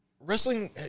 Wrestling